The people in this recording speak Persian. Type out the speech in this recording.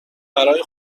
برای